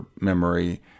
memory